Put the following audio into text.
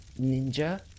ninja